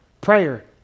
prayer